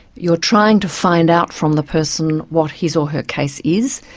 you're trying to find out from the person what his or her case is.